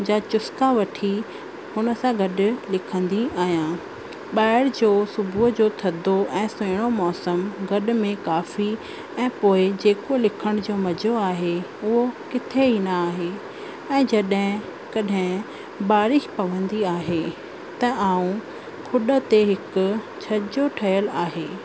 जा चुस्का वठी हुन सां गॾु लिखंदी आहियां ॿाहिरि जो सुबुह जो थधो ऐं सुहिणो मौसम गॾ में कॉफी ऐं पोएं जेको लिखण जो मजो आहे उहो किथे ई न आहे ऐं जॾहिं कॾहिं बारिश पवंदी आहे त ऐं खुड ते हिकु छजो ठहियलु आहे